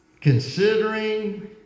considering